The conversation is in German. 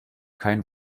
kein